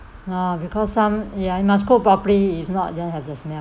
oh because some ya it must cook properly if not then have the smell